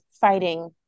fighting